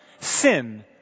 sin